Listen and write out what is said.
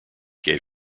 gave